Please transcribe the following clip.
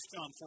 John